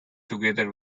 together